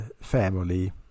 family